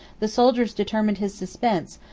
the soldiers determined his suspense,